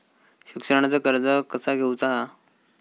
शिक्षणाचा कर्ज कसा घेऊचा हा?